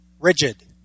rigid